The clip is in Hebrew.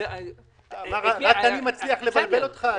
אני רוצה להסביר עוד פעם למה.